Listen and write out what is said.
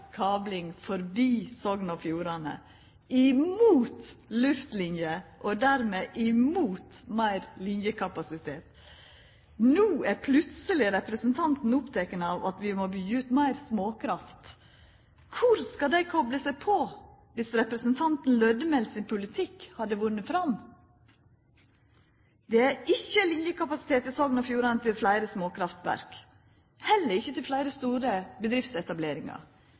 kabling forbi Sogn og Fjordane og var imot luftlinje og dermed imot meir linjekapasitet, no plutseleg er oppteken av at vi må byggja ut fleire småkraftverk. Kvar skulle dei ha kopla seg på viss representanten Lødemel sin politikk hadde vunne fram? Det er ikkje linjekapasitet i Sogn og Fjordane til fleire småkraftverk, heller ikkje til fleire store bedriftsetableringar.